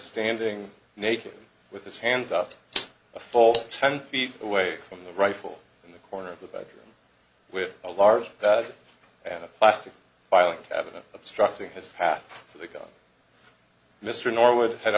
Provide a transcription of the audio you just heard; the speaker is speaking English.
standing naked with his hands out a fault ten feet away from the rifle in the corner of the bedroom with a large bag and a plastic filing cabinet obstructing his path for the gun mr norwood had